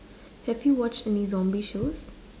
have you watched any zombie shows